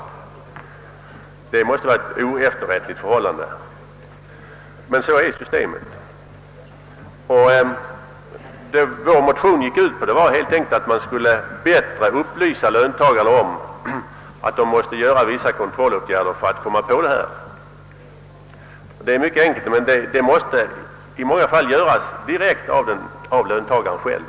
Sådant är systemet, och det är ju ett oefterrättligt förhållande. Vår motion gick ut på att löntagarna på ett bättre sätt skulle upplysas om att de måste göra vissa kontroller för att ernå rättelse. Det är mycket enkelt, men kontrollen måste i sista hand göras av löntagaren själv.